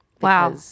Wow